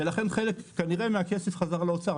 לכן כנראה שחלק מהכסף חזר לאוצר,